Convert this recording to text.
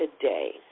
today